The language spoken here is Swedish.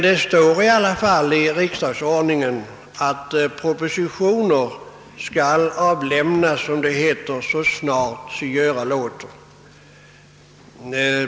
Det står i riksdagsordningen att propositioner skall avlämnas så snart sig göra låter.